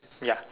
ya